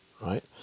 right